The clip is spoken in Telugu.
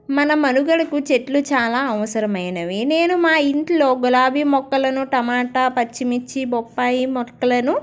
మన మనుగడకు చెట్లు చాలా అవసరమైనవి నేను మా ఇంట్లో గులాబీ మొక్కలను టమాటా పచ్చిమిర్చి బొప్పాయి మొక్కలను